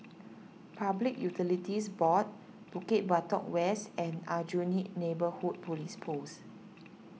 Public Utilities Board Bukit Batok West and Aljunied Neighbourhood Police Post